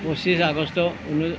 পঁচিছ আগষ্ট ঊনৈছ